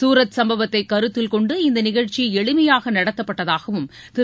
சூரத் சும்பவத்தைக் கருத்தில் கொண்டு இந்த நிகழ்ச்சி எளிமையாக நடத்தப்பட்டதாகவும் திரு